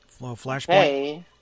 Flashpoint